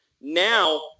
Now